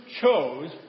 chose